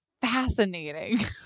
fascinating